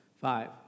Five